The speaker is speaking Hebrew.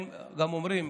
גם אומרים,